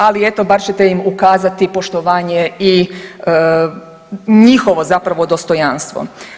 Ali eto bar ćete im ukazati poštovanje i njihovo zapravo dostojanstvo.